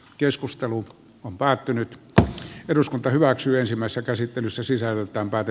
keskustelu on päättynyt jo eduskunta hyväksyy ensimmäistä käsittelyssä sisällöltään pääty